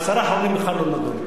העשרה האחרונים בכלל לא נדונו.